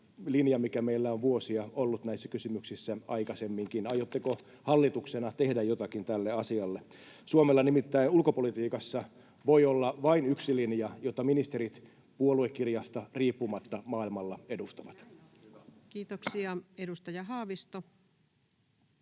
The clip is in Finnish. linja, mikä meillä on vuosia ollut näissä kysymyksissä aikaisemminkin? Aiotteko hallituksena tehdä jotakin tälle asialle? Suomella nimittäin ulkopolitiikassa voi olla vain yksi linja, jota ministerit puoluekirjasta riippumatta maailmalla edustavat. [Speech 11] Speaker: